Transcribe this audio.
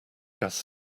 gas